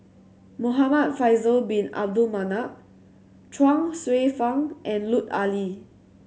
Muhamad Faisal Bin Abdul Manap Chuang Hsueh Fang and Lut Ali